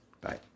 Bye